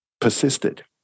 persisted